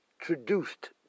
introduced